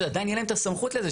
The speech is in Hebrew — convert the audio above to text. שעדיין תהיה להם הסמכות לזה.